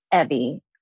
Evie